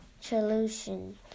solution